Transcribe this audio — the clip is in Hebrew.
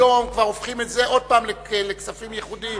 היום כבר הופכים את זה עוד פעם לכספים ייחודיים.